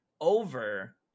over